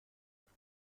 گرفت